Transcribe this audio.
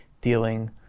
dealing